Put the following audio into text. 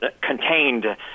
contained